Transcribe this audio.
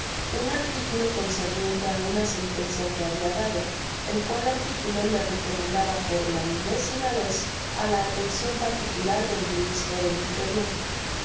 un articulo concerniente á una sentencia que habia dado el cual articulo le recomendaba por la milésima vez á la atencion particular del ministro del interior